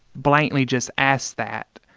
blatantly just ask that.